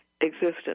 existence